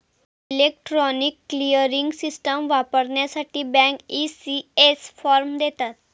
electronic clearing system वापरण्यासाठी bank, ECS form देतात